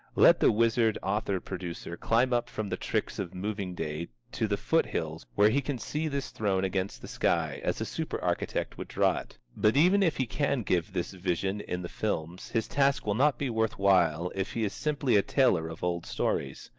let the wizard-author-producer climb up from the tricks of moving day to the foot-hills where he can see this throne against the sky, as a superarchitect would draw it. but even if he can give this vision in the films, his task will not be worth while if he is simply a teller of old stories.